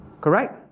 Correct